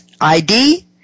ID